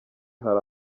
hari